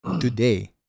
Today